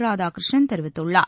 ராதாகிருஷ்ணன் தெரிவித்துள்ளார்